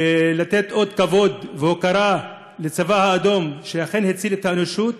ולתת כבוד והוקרה לצבא האדום שאכן הציל את האנושות